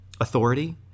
authority